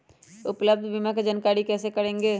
उपलब्ध बीमा के जानकारी कैसे करेगे?